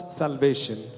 salvation